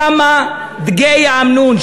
למה בדגי האמנון,